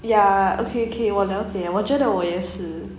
ya okay okay 我了解我觉得我也是